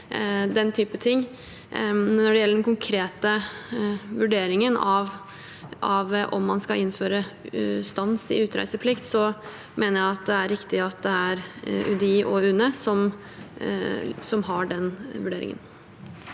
Når det gjelder den konkrete vurderingen av om man skal innføre stans i utreiseplikt, mener jeg at det er riktig at det er UDI og UNE som har den vurderingen.